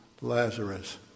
Lazarus